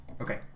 okay